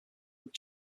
that